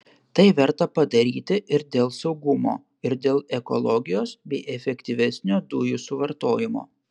tai verta padaryti ir dėl saugumo ir dėl ekologijos bei efektyvesnio dujų suvartojimo